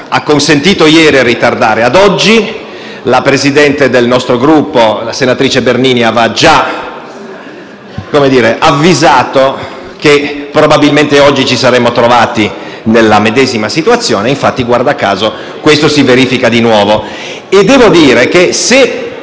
acconsentito ieri a rinviare ad oggi. La presidente del nostro Gruppo, la senatrice Bernini, aveva già avvisato che, probabilmente, oggi ci saremmo trovati nella medesima situazione e infatti, guarda caso, questo si verifica di nuovo. Devo dire che, se